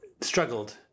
struggled